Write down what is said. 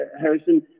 Harrison